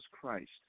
Christ